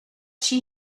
she